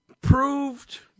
proved